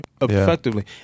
effectively